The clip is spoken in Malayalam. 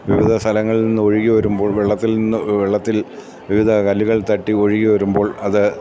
വിവിധ സ്ഥലങ്ങളിൽ നിന്ന് ഒഴുകിവരുമ്പോൾ വെള്ളത്തിൽ നിന്ന് വെള്ളത്തിൽ വിവിധ കല്ലുകളില് തട്ടി ഒഴുകിവരുമ്പോൾ അത്